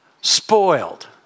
spoiled